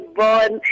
born